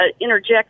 interject